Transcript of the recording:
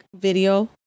video